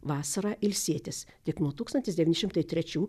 vasarą ilsėtis tik nuo tūkstantis devyni šimtai trečių